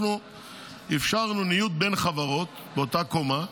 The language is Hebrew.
אנחנו אפשרנו ניוד בין חברות באותה קומה.